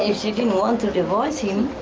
ah she didn't want to divorce him,